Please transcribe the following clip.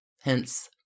Hence